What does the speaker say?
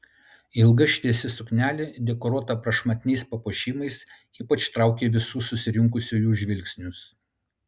ilga šviesi suknelė dekoruota prašmatniais papuošimais ypač traukė visų susirinkusiųjų žvilgsnius